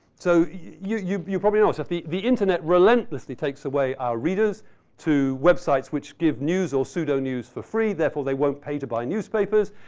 so, you you probably know so if the the internet relentlessly takes away our readers to websites which give news or pseudo-news for free, therefore they won't pay to buy newspapers.